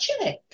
check